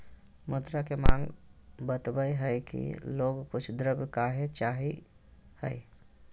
मुद्रा के माँग बतवय हइ कि लोग कुछ द्रव्य काहे चाहइ हइ